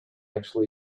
actually